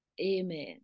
Amen